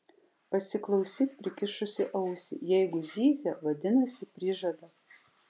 pasiklausyk prikišusi ausį jeigu zyzia vadinasi prižada